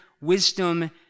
wisdom